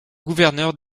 gouverneur